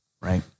right